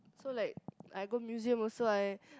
so like I go museum also I